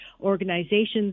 organizations